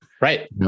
Right